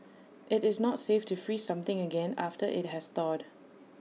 IT is not safe to freeze something again after IT has thawed